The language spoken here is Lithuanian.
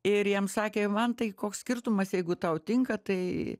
ir jam sakė man tai koks skirtumas jeigu tau tinka tai